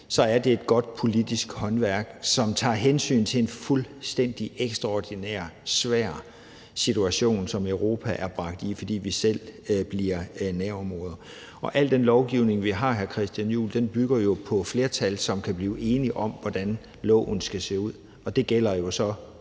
så er det et godt politisk håndværk, som tager hensyn til en fuldstændig ekstraordinært svær situation, som Europa er bragt i, fordi vi selv bliver nærområder. Og al den lovgivning, vi har, hr. Christian Juhl, bygger jo på flertal, som kan blive enige om, hvordan loven skal se ud. Ja, det er jo det